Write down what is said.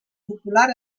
popular